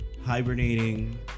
Hibernating